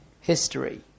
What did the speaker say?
history